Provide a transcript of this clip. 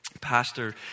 Pastor